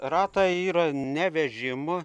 ratai yra ne vežimo